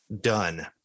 done